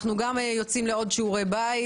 אנחנו יוצאים לעוד שיעורי בית.